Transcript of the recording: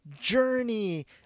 Journey